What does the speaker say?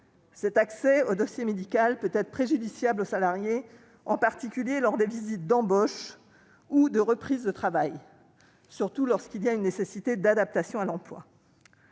Cet accès au dossier médical peut leur être préjudiciable, en particulier lors des visites d'embauche et de reprise du travail, surtout lorsqu'il y a une nécessité d'adaptation à l'emploi.